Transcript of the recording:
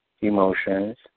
Emotions